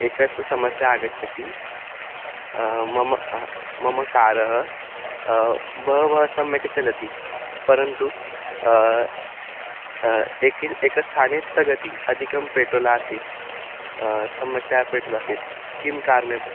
एका समस्या आगच्छति मम मम कारः बहवः सम्यक् चलति परन्तु एक एकस्थाने स्थगितम् अधिकं पेट्रोल् आसीत् सम्यक्तया पेट्रोलासीत् किं कारेणन